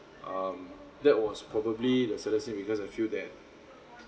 um that was probably the saddest thing because I feel that